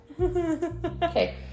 Okay